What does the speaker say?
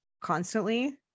constantly